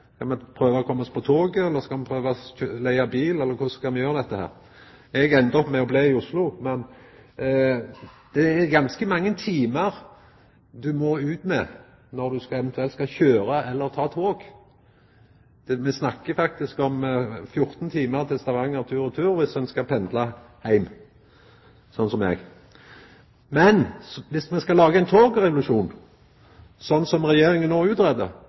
prøva å koma oss på toget, skal me prøva å leiga bil, eller korleis skal me gjera dette? Eg enda opp med å bli i Oslo. Det er ganske mange timar ein må ut med når ein skal kjøra eller ta tog. Me snakkar faktisk om 14 timar tur-retur Stavanger dersom ein skal pendla heim, sånn som eg. Men dersom me lagar ein togrevolusjon, som Regjeringa